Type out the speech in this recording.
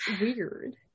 weird